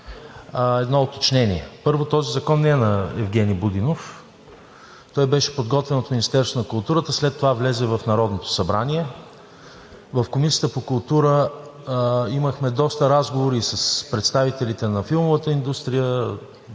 Едно уточнение. Първо, този закон не е на Евгени Будинов. Той беше подготвен от Министерството на културата, след това влезе в Народното събрание. В Комисията по културата имахме доста разговори с представителите на филмовата индустрия,